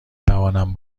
توانم